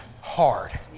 hard